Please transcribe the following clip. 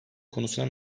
konusuna